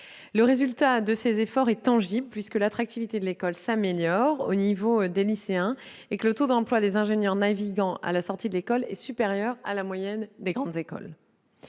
Le résultat de ces efforts est tangible, puisque l'attractivité de l'école auprès des lycéens s'améliore et que le taux d'emploi des ingénieurs-navigants à la sortie de l'école est supérieur à la moyenne des grandes écoles.